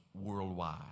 worldwide